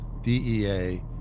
DEA